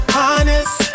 honest